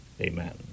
amen